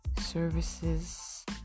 Services